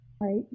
right